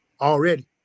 already